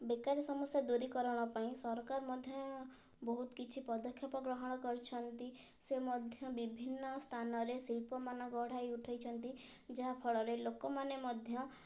ବେକାରୀ ସମସ୍ୟା ଦୂରୀକରଣ ପାଇଁ ସରକାର ମଧ୍ୟ ବହୁତ କିଛି ପଦକ୍ଷେପ ଗ୍ରହଣ କରିଛନ୍ତି ସେ ମଧ୍ୟ ବିଭିନ୍ନ ସ୍ଥାନରେ ଶିଳ୍ପମାନ ଗଢ଼ାଇ ଉଠାଇଛନ୍ତି ଯାହାଫଳରେ ଲୋକମାନେ ମଧ୍ୟ